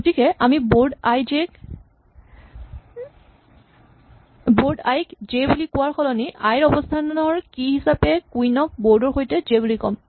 গতিকে আমি bird I ক জে বুলি কোৱাৰ সলনি আই অৱস্হানৰ কী হিচাপে কুইন ক বৰ্ড ৰ সৈতে জে বুলি ক'ম